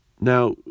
Now